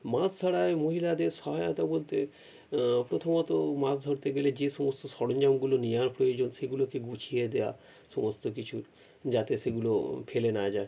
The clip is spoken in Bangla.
মাছ ধরায় মহিলাদের সহয়তা বলতে প্রথমত মাছ ধরতে গেলে যে সমস্ত সরঞ্জামগুলো নিয়ে যাওয়ার প্রয়োজন সেগুলোকে গুছিয়ে দেওয়া সমস্ত কিছুর যাতে সেগুলো ফেলে না যায়